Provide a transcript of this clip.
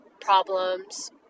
problems